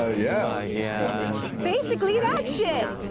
ah yeah yeah basically that shit,